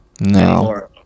No